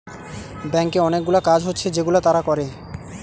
ব্যাংকে অনেকগুলা কাজ হচ্ছে যেগুলা তারা করে